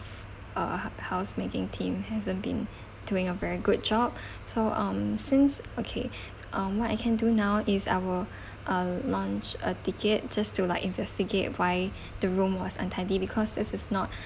uh housekeeping team hasn't been doing a very good job so um since okay um what I can do now is I will uh lodge a ticket just to like investigate why the room was untidy because this is not